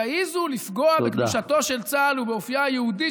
תעזו לפגוע בקדושתו של צה"ל ובאופייה היהודי